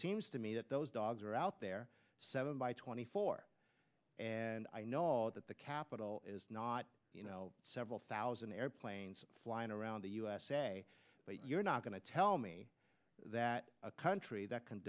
seems to me that those dogs are out there seven by twenty four and i know that the capitol is not you know several thousand airplanes flying around the usa but you're not going to tell me that a country that can